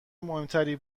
مهمتری